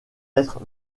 être